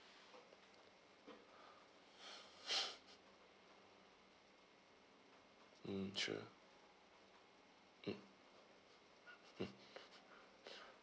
mm sure mm mm